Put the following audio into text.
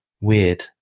weird